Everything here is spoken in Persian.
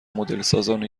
مدلسازان